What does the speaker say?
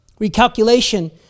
recalculation